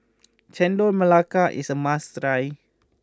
Chendol Melaka is a must try